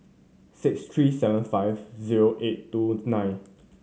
six three seven five zero eight two nine